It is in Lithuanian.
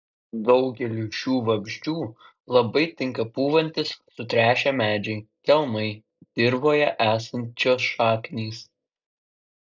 daugeliui šių vabzdžių labai tinka pūvantys sutrešę medžiai kelmai dirvoje esančios šaknys